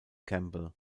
campbell